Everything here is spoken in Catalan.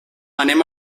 anem